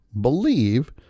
believe